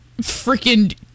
freaking